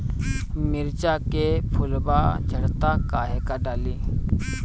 मिरचा के फुलवा झड़ता काहे का डाली?